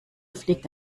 fliegt